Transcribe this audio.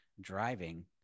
driving